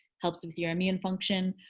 helps with your immune function